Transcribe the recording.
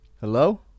hello